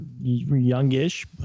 youngish